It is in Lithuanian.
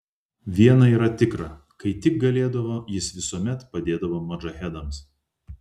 viena yra tikra kai tik galėdavo jis visuomet padėdavo modžahedams